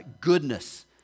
goodness